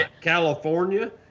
California